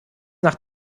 nach